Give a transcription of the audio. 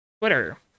Twitter